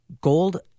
Gold